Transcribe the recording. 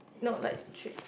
not like three